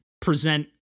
present